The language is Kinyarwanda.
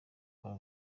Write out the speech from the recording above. kwa